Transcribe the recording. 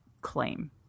claim